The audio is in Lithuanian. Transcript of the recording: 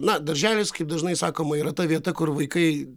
na darželis kaip dažnai sakoma yra ta vieta kur vaikai